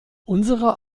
unserer